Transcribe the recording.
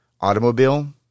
automobile